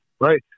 right